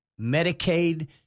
Medicaid